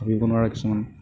ভাবিব নোৱাৰা কিছুমান